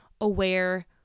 aware